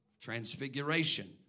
Transfiguration